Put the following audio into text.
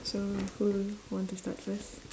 so who want to start first